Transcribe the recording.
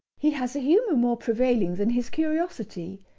he has a humour more prevailing than his curiosity,